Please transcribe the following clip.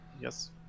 Yes